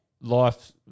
life